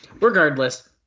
regardless